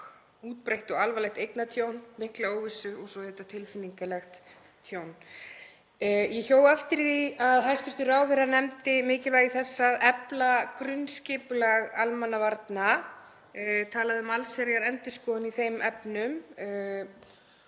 útbreitt og alvarlegt eignatjón, mikla óvissu og svo auðvitað tilfinningalegt tjón. Ég hjó eftir því að hæstv. ráðherra nefndi mikilvægi þess að efla grunnskipulag almannavarna, talaði um allsherjarendurskoðun í þeim efnum